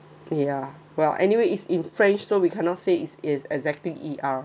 ya well anyway is in french so we cannot say it is exactly E_R